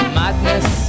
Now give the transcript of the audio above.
madness